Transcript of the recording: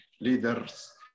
leaders